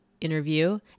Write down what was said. interview